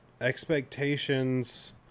Expectations